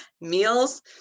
meals